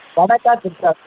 வடக்கா தெற்கா